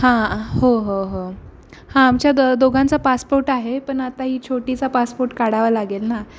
हां हो हो हो हां आमच्या द दोघांचा पासपोर्ट आहे पण आता ही छोटीचा पासपोर्ट काढावा लागेल ना